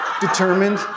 determined